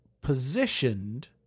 positioned